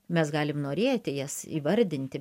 mes galim norėti jas įvardinti